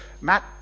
Matt